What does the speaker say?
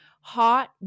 hot